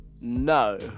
no